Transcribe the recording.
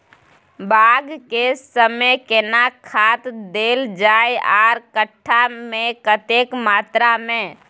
बाग के समय केना खाद देल जाय आर कट्ठा मे कतेक मात्रा मे?